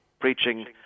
preaching